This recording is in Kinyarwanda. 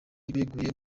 beguye